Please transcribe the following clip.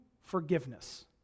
forgiveness